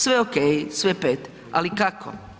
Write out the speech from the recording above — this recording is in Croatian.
Sve ok, sve 5 ali kako?